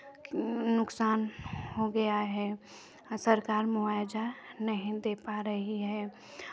नुकसान हो गया है सरकर मुआवज़ा नहीं दे पा रही है